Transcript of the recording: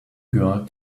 girl